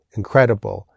incredible